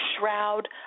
shroud